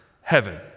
heaven